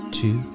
two